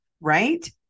right